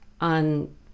on